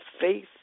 faith